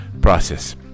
process